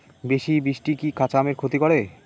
বেশি বৃষ্টি কি কাঁচা আমের ক্ষতি করে?